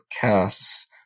casts